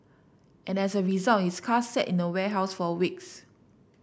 and as a result his car sat in a warehouse for weeks